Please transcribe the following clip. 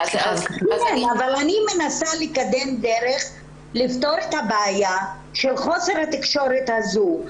אני מנסה לקדם דרך לפתור את הבעיה של חוסר התקשורת הזו,